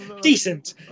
Decent